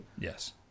Yes